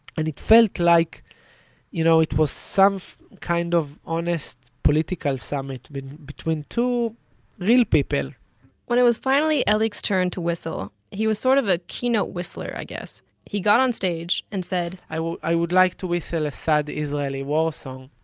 and it felt like you know it was some kind of honest political summit between two real' people when it was finally elik's turn to whistle he was sort of the key note whistler, i guess he got on stage and said, i would i would like to whistle a sad israeli war song,